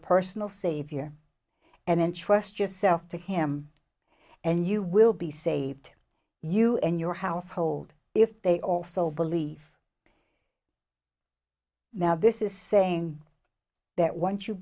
personal savior and entrust yourself to him and you will be saved you and your household if they also believe now this is saying that once you